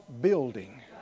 building